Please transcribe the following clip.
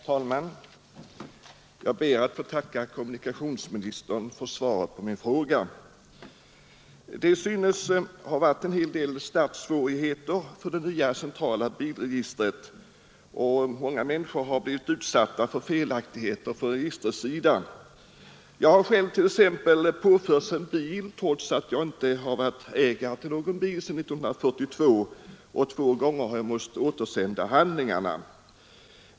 Herr talman! Jag ber att få tacka kommunikationsministern för svaret på min fråga. Det synes ha varit en hel del startsvårigheter för det nya centrala bilregistret, och många människor har blivit utsatta för felaktigheter från registrets sida. Jag har själv t.ex. påförts en bil trots att jag inte varit ägare till någon bil sedan 1942, och två gånger har jag måst återsända handlingarna.